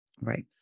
Right